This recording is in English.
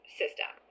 system